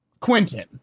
Quentin